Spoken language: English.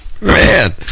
Man